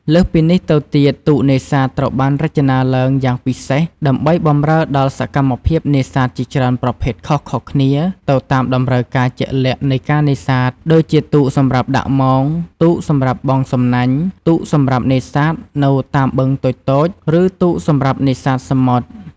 លើសពីនេះទៅទៀត ទូកនេសាទត្រូវបានរចនាឡើងយ៉ាងពិសេស ដើម្បីបម្រើដល់សកម្មភាពនេសាទជាច្រើនប្រភេទខុសៗគ្នា ទៅតាមតម្រូវការជាក់លាក់នៃការនេសាទ ដូចជាទូកសម្រាប់ដាក់មង ទូកសម្រាប់បង់សំណាញ់ ទូកសម្រាប់នេសាទនៅតាមបឹងតូចៗ ឬទូកសម្រាប់នេសាទសមុទ្រ។